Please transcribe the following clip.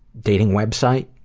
dating website,